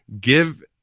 give